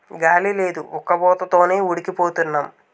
గాలి లేదు ఉక్కబోత తోనే ఉడికి పోతన్నాం